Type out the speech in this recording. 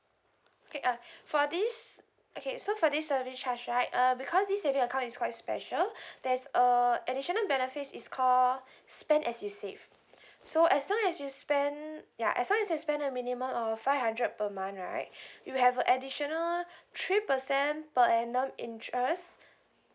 okay uh for this okay so for this service charge right uh because this saving account is quite special there's a additional benefits is call spend as you save so as long as you spend ya as long as you spend a minimum of five hundred per month right you have a additional three percent per annum interest